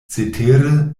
cetere